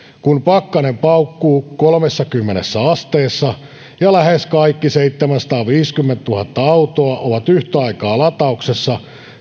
kun pakkanen paukkuu kolmessakymmenessä asteessa ja lähes kaikki seitsemänsataaviisikymmentätuhatta autoa ovat yhtä aikaa latauksessa